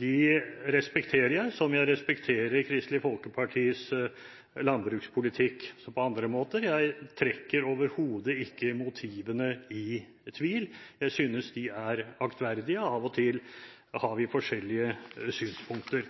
De respekterer jeg, som jeg respekterer Kristelig Folkepartis landbrukspolitikk på andre måter. Jeg trekker overhodet ikke motivene i tvil. Jeg synes de er aktverdige. Av og til har vi